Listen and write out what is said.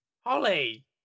Holly